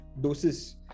doses